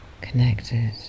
connected